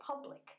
public